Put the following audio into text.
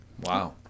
Wow